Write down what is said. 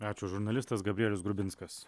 ačiū žurnalistas gabrielius grubinskas